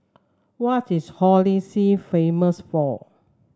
what is Holy See famous for